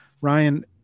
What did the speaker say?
Ryan